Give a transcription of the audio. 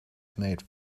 made